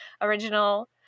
original